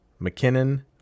McKinnon